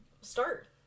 start